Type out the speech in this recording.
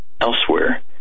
elsewhere